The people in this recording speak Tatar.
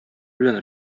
белән